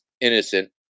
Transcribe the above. innocent